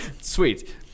Sweet